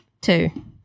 Two